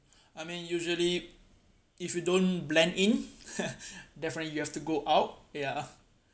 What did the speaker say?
I mean usually if you don't blend in definitely you have to go out ya ah